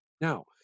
Now